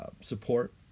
support